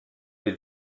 les